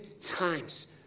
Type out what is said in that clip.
times